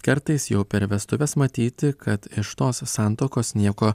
kartais jau per vestuves matyti kad iš tos santuokos nieko